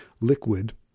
liquid